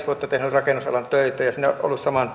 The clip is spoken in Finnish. vuotta tehnyt rakennusalan töitä ja siinä olen ollut saman